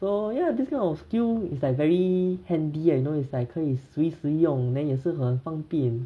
so ya this kind of skill is like very handy I know it's 可以随时用 then 也是很方便